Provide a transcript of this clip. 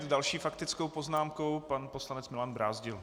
S další faktickou poznámkou pan poslanec Milan Brázdil.